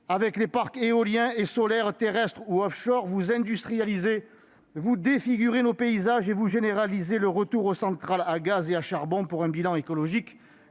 Avec les parcs éoliens et solaires terrestres ou offshore, vous industrialisez et défigurez nos paysages, vous généralisez le retour aux centrales à gaz et à charbon pour un bilan écologique